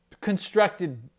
constructed